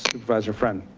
supervisor friend.